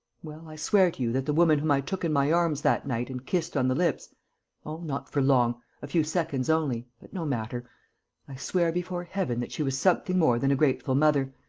well, i swear to you that the woman whom i took in my arms that night and kissed on the lips oh, not for long a few seconds only, but no matter i swear before heaven that she was something more than a grateful mother,